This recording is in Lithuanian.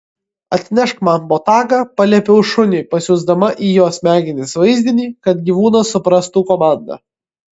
atnešk man botagą paliepiau šuniui pasiųsdama į jo smegenis vaizdinį kad gyvūnas suprastų komandą